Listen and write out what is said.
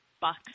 bucks